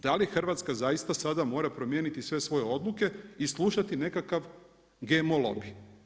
Da li Hrvatska zaista sada mora promijeniti sve svoje odluke i slušati nekakav GMO lobija?